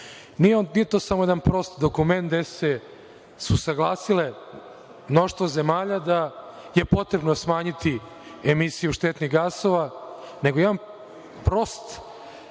Nije to samo jedan prost dokument gde su se saglasile mnoštvo zemalja da je potrebno smanjiti emisiju štetnih gasova, nego jedan prost alat